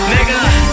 Nigga